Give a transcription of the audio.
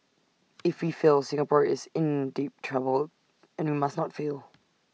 if we fail Singapore is in deep trouble and we must not fail